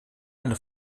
eine